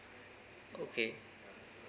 okay